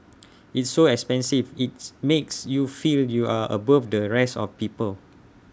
it's so expensive its makes you feel you're above the rest of people